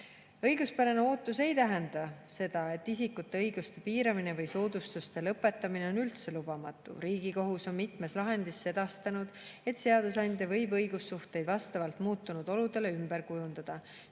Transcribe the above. Õiguspärane ootus ei tähenda seda, et isikute õiguste piiramine või soodustuste lõpetamine on üldse lubamatu. Riigikohus on mitmes lahendis sedastanud, et seadusandja võib õigussuhteid vastavalt muutunud oludele ümber kujundada